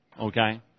Okay